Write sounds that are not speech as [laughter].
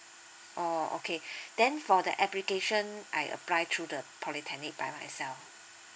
oh okay [breath] then for the application I apply through the polytechnic by myself